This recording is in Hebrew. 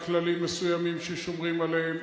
כללים מסוימים ששומרים עליהם,